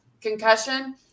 concussion